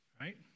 Right